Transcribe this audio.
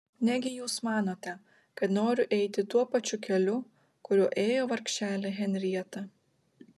negi jūs manote kad noriu eiti tuo pačiu keliu kuriuo ėjo vargšelė henrieta